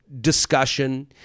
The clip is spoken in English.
discussion